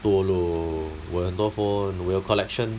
多 lor 我有很多 phone 我有 collection